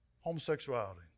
Homosexuality